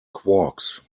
quarks